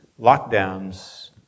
Lockdowns